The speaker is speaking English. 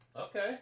Okay